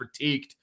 critiqued